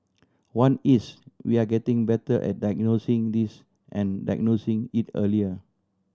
one is we are getting better at diagnosing this and diagnosing it earlier